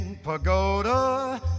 Pagoda